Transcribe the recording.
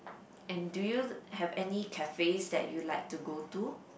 and do you have any cafes that you like to go to